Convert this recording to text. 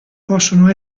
possono